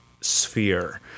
Sphere